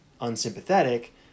unsympathetic